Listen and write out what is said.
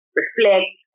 reflect